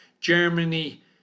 Germany